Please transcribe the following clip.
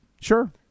Sure